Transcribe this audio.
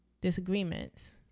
disagreements